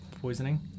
poisoning